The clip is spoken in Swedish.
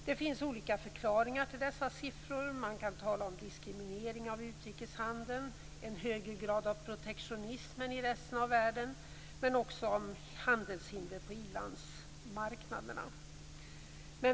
Det finns olika förklaringar till dessa siffror. Man kan tala om diskriminering av utrikeshandeln, en högre grad av protektionism än i resten av världen men också om handelshinder på i-landsmarknaderna.